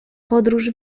podróż